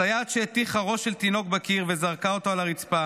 סייעת שהטיחה ראש של תינוק בקיר וזרקה אותו על הרצפה